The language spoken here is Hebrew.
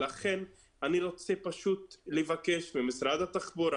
לכן אני רוצה פשוט לבקש ממשרד התחבורה